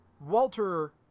Walter